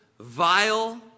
vile